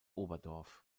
oberdorf